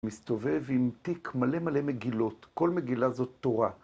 מסתובב עם תיק מלא מלא מגילות, כל מגילה זאת תורה.